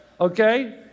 okay